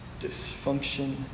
dysfunction